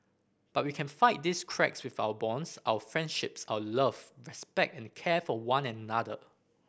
but we can fight these cracks with our bonds our friendships our love respect and care for one another